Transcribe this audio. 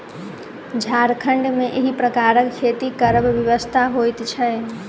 झारखण्ड मे एहि प्रकारक खेती करब विवशता होइत छै